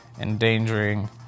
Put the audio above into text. endangering